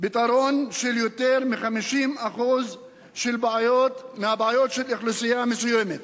פתרון של יותר מ-50% מהבעיות של אוכלוסייה מסוימת.